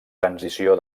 transició